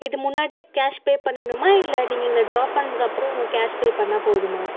இது முன்னாடி cash pay பண்ணனுமா இல்லை நீங்கள் எங்களை ட்ராப் பண்ணுறதுக்கு அப்புறம் கேஷ் பே பண்ணால் போதுமா